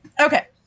Okay